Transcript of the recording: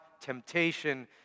temptation